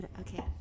okay